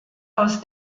aus